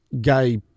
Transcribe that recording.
gay